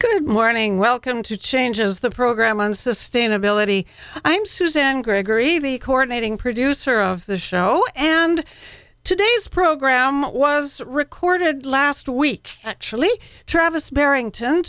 good morning welcome to changes the program on sustainability i'm susan gregory the coordinating producer of the show and today's program was recorded last week actually travis barrington